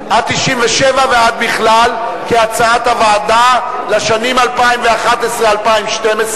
97 ועד בכלל, כהצעת הוועדה, לשנים 2011 2012,